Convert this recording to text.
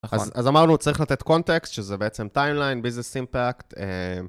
אז אמרנו, צריך לתת קונטקסט, שזה בעצם טיימליין, ביזנס אימפאקט.